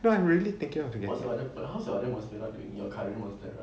no I'm really taking out together